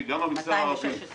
עם זכות להזדמנות לחזור למסלול,